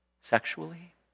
sexually